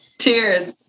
Cheers